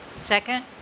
Second